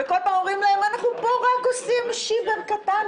וכל פעם אומרים להם: אנחנו פה עושים רק שיבר קטן,